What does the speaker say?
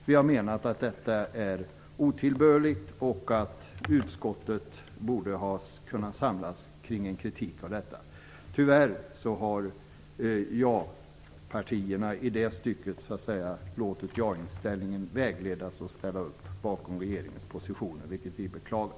Vi menar att detta är otillbörligt och att utskottet borde ha kunnat samlas kring en kritik av detta. Tyvärr har ja-partierna i det stycket låtit ja-inställningen vägleda sig att ställa upp bakom regeringens positioner, vilket vi beklagar.